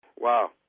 Wow